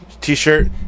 t-shirt